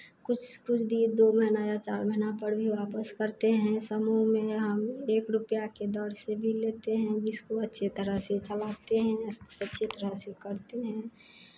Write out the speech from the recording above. कुछ कुछ दिन दो महीना या चार महीना पर भी वापस करते हैं समूह में हम एक रुपैया के दर से भी लेते हैं जिसको अच्छे तरह से चलाते हैं अच्छे तरह से करते हैं